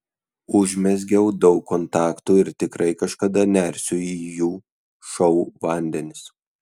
užmezgiau daug kontaktų ir tikrai kažkada nersiu į jų šou vandenis